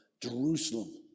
Jerusalem